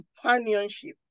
companionship